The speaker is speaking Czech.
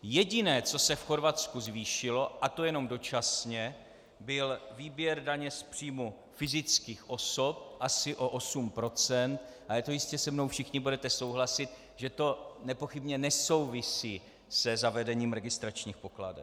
Jediné, co se v Chorvatsku zvýšilo, a to jenom dočasně, byl výběr daně z příjmu fyzických osob asi o 8 %, ale to jistě se mnou všichni budete souhlasit, že to nepochybně nesouvisí se zavedením registračních pokladen.